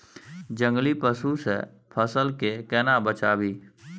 जंगली पसु से फसल के केना बचावी?